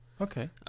Okay